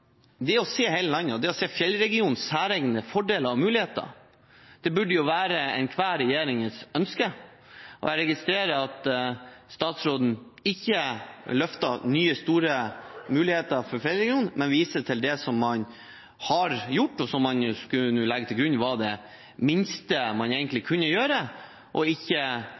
det å se hele landet og det å se Fjellregionens særegne fordeler og muligheter, burde være enhver regjerings ønske. Jeg registrerer at statsråden ikke løfter fram nye, store muligheter for Fjellregionen, men viser til det man har gjort, og som man legger til grunn var det minste man kunne gjøre. Man legger ikke